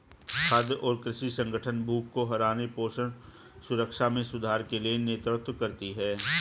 खाद्य और कृषि संगठन भूख को हराने पोषण सुरक्षा में सुधार के लिए नेतृत्व करती है